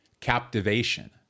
captivation